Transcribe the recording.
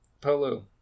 Polo